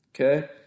Okay